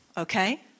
Okay